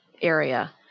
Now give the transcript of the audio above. area